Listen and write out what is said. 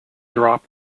drop